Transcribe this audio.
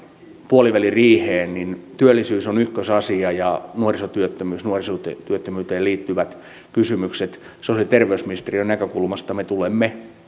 puoliväliriiheen työllisyys on ykkösasia ja nuorisotyöttömyys nuorisotyöttömyyteen liittyvät kysymykset sosiaali ja terveysministeriön näkökulmasta me tulemme